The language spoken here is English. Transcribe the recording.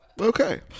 okay